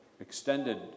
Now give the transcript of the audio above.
extended